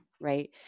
Right